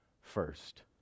first